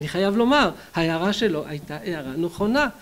אני חייב לומר ההערה שלו הייתה הערה נכונה